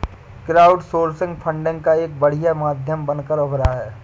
crowdsourcing funding का एक बढ़िया माध्यम बनकर उभरा है